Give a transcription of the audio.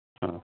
हा